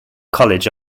college